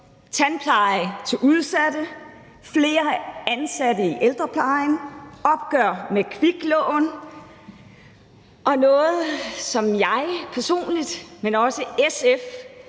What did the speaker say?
tandpleje til udsatte, flere ansatte i ældreplejen, et opgør med kviklån, og noget, som jeg både personligt, men som